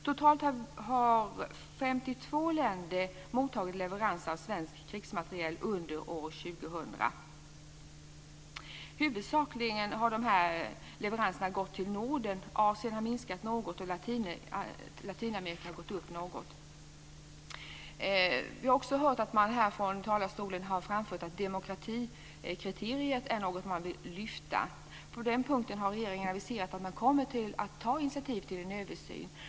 Totalt har 52 länder mottagit leverans av svenskt krigsmateriel under år 2000. Huvudsakligen har de här leveranserna gått till Norden. Asien har minskat något och Latinamerika har gått upp något. Vi har också hört att man här från talarstolen har framfört att man vill lyfta demokratikriteriet. På den punkten har regeringen aviserat att man kommer att ta initiativ till en översyn.